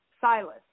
Silas